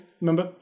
Remember